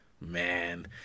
Man